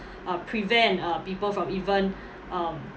uh prevent uh people from even um